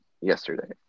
yesterday